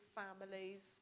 families